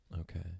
Okay